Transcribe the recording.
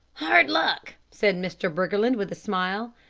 hard luck, said mr. briggerland, with a smile,